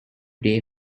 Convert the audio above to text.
day